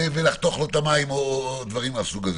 ולחתוך לו את המים או דברים מהסוג הזה.